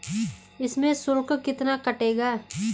इसमें शुल्क कितना कटेगा?